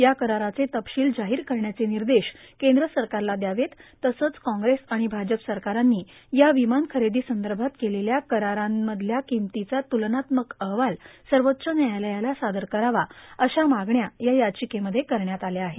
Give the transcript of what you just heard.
या कराराचे तपशील जाहोर करण्याचे र्ानदश कद्र सरकारला द्यावेत तसंच काँग्रेस आर्ाण भाजप सरकारांनी या र्ावमान खरेदां संदभात केलेल्या करारांतल्या ाकमतीचा तूलनात्मक अहवाल सर्वाच्च न्यायालयाला सादर करावा अशा मागण्या या र्याचकेमध्ये करण्यात आल्या आहेत